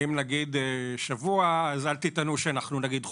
אם נגיד שבוע, אז אל תטענו שאנחנו נגיד חודש.